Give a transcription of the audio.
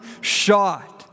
shot